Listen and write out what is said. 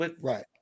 Right